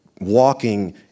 walking